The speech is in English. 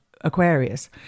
Aquarius